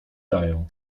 dają